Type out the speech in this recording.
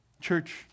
Church